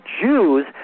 Jews